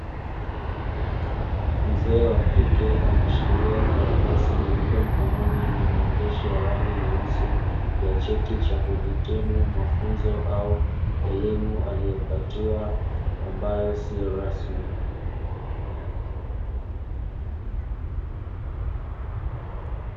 Mzee wa kike, ameshikilia karatasi nyeupe mkononi yenye maandishi ya rangi nyeusi ya cheti cha kuhitimu mafunzo au elimu aliyopatiwa, ambayo sio rasmi.